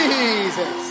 Jesus